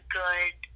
good